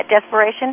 desperation